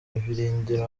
ibirindiro